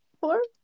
Four